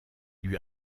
lui